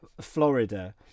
Florida